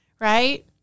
right